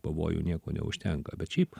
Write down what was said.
pavojų nieko neužtenka bet šiaip